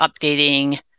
updating